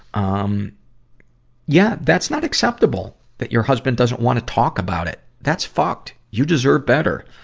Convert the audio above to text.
um yeah, that's not acceptable that your husband doesn't wanna talk about it. that's fucked. you deserve better.